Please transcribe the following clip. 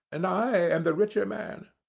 and i am the richer man.